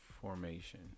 Formation